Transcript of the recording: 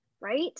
right